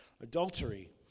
adultery